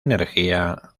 energía